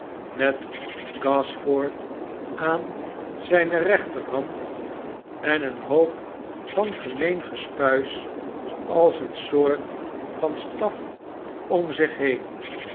met gasford aan zijnerechterhand en een hoop van gemeen gespuis als eene soort van staf om zich heen